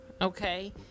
okay